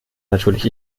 natürlich